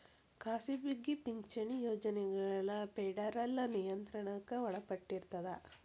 ಖಾಸಗಿ ಪಿಂಚಣಿ ಯೋಜನೆಗಳ ಫೆಡರಲ್ ನಿಯಂತ್ರಣಕ್ಕ ಒಳಪಟ್ಟಿರ್ತದ